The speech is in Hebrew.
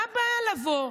מה הבעיה לבוא,